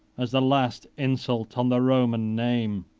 as the last insult on the roman name.